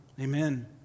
Amen